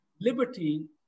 liberty